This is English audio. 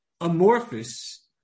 amorphous